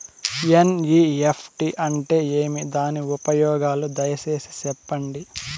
NEFT అంటే ఏమి? దాని ఉపయోగాలు దయసేసి సెప్పండి?